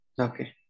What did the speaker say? okay